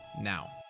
now